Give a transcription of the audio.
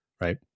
Right